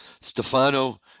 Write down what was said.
Stefano